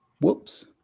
Whoops